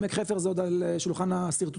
עמק חפר זה עוד על שולחן השרטוטים.